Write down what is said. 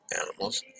animals